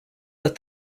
that